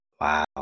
Wow